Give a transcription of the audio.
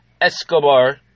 Escobar